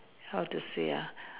how to say ah